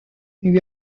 lui